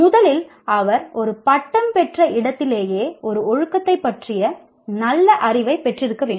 முதலில் அவர் ஒரு பட்டம் பெற்ற இடத்திலேயே ஒரு ஒழுக்கத்தைப் பற்றிய நல்ல அறிவைப் பெற்றிருக்க வேண்டும்